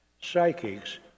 psychics